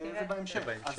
בהמשך.